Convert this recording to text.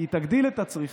כי היא תגדיל את הצריכה.